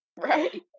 Right